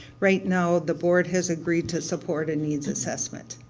right now the board has agreed to support a needs assessment.